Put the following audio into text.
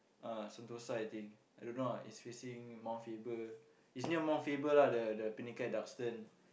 uh Sentosa I think I don't know ah it's facing Mount-Faber it's near Mount-Faber lah the the Pinnacle-at-Duxton